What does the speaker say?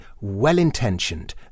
well-intentioned